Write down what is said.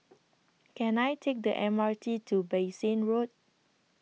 Can I Take The M R T to Bassein Road